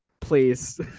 please